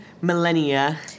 millennia